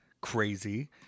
crazy